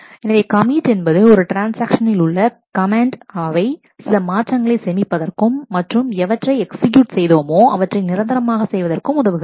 எனவே கமிட் என்பது ஒரு ட்ரான்ஸ்ஆக்ஷனில் உள்ள கமெண்ட் அவை சில மாற்றங்களை சேமிப்பதற்கும் மற்றும் எவற்றை எக்ஸ்கியூட் செய்தோமோ அவற்றை நிரந்தரமாக செய்வதற்கு உதவுகிறது